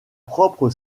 propre